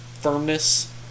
firmness